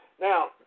Now